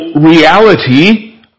reality